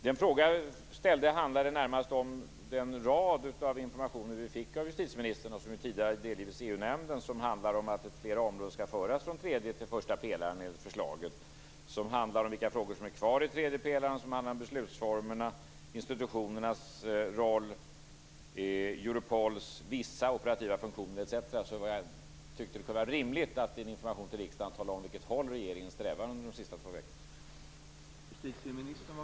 Den fråga jag ställde handlade närmast om den rad av informationer som vi fick av justitieministern och som tidigare har delgivits EU-nämnden, om att flera områden enligt förslaget skall föras från tredje till första pelaren, om vilka frågor som blir kvar i tredje pelaren, om beslutsformerna, om institutionernas roll, om Europols vissa operativa funktioner etc. Jag tyckte att det kunde vara rimligt att i en information till riksdagen tala om åt vilket håll regeringen strävar under de sista två veckorna.